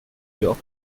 york